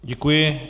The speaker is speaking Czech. Děkuji.